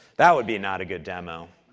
that would be not a good demo.